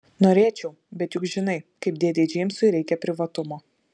norėčiau bet juk žinai kaip dėdei džeimsui reikia privatumo